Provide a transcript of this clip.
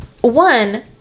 one